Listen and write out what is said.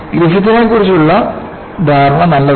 ഗ്രിഫിത്തിനെക്കുറിച്ചുള്ള ധാരണ നല്ലതാണ്